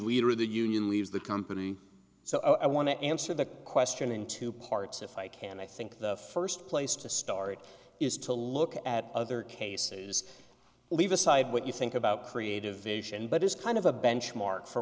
leader of the union leaves the company so i want to answer that question in two parts if i can i think the first place to start is to look at other cases leave aside what you think about creative vision but is kind of a benchmark for